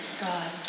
God